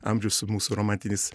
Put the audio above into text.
amžiaus su mūsų romantiniais